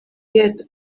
get